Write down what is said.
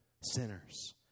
sinners